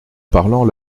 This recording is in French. parlant